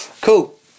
cool